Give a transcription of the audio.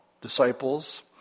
disciples